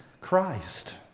Christ